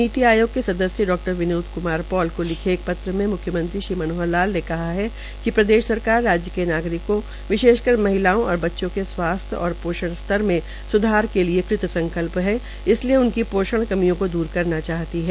नीति आयोग के सदस्य डा विनोद कुमार पाल को लिखे एक पत्र में मुख्यमंत्री श्री मनोहर लाल ने कहा कि प्रदेश सरकार राज्य के नागरिकों विशेषकर महिलाओं और बच्चों के स्वास्थ्य और पोषण स्तर में स्धार के लिए कृत संकल्प है इसलिये उनकी पोषण कर्मियों को दूर करना चाहती है